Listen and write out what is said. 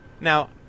Now